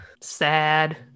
sad